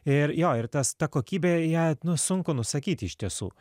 ir jo ir tas ta kokybė ją nu sunku nusakyt iš tiesų